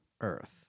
earth